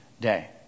day